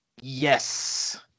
yes